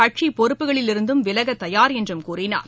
கட்சி பொறுப்புகளில் இருந்தும் விலக தயார் என்றும் கூறினார்